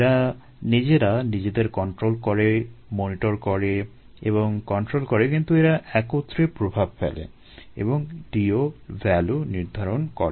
এরা নিজেরা নিজেদের কন্ট্রোল করে মনিটর করে এবং কন্ট্রোল করে কিন্তু এরা একত্রে প্রভাব ফেলে এবং DO value নির্ধারণ করে